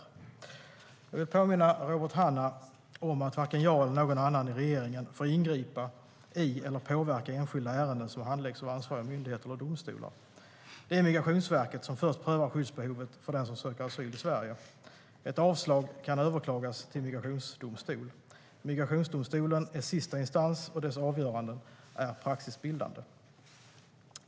Jag vill påminna Robert Hannah om att varken jag eller någon annan i regeringen får ingripa i eller påverka enskilda ärenden som handläggs av ansvariga myndigheter eller domstolar. Det är Migrationsverket som först prövar skyddsbehovet för den som söker asyl i Sverige. Ett avslag kan överklagas till migrationsdomstol. Migrationsöverdomstolen är sista instans, och dess avgöranden är praxisbildande.